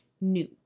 new